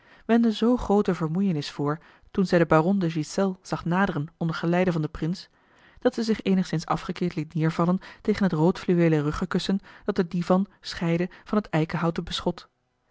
zoo groote vermoeienis voor toen zij den baron de ghiselles zag naderen onder geleide van den prins dat zij zich eenigszins afgekeerd liet neêrvallen tegen het roodfluweelen ruggekussen dat den divan scheidde van het eikenhouten beschot